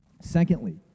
Secondly